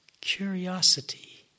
curiosity